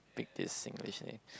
speak this Singlish name